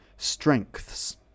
strengths